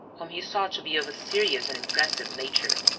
whom he saw to be of a serious and impressive nature.